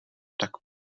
tak